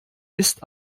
ist